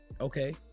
okay